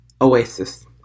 Oasis